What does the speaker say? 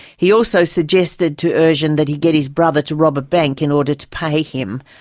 he also suggested to ercan that he get his brother to rob a bank in order to pay him.